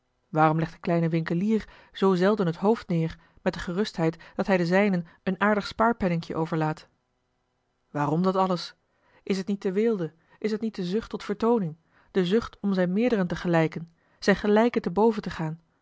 waarom legt de kleine winkelier zoo zelden het hoofd neêr met de gerustheid dat hij den zijnen een aardig spaarpenningje overlaat waarom dat alles is t niet de weelde is t niet de zucht tot vertooning de zucht om zijn meerderen te gelijken zijn gelijken boven te gaan